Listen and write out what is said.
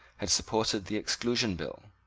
had supported the exclusion bill.